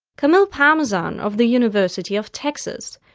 camille parmesan of the university of texas.